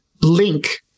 link